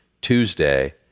Tuesday